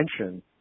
attention